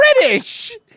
British